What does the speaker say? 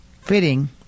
Fitting